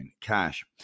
Cash